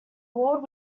award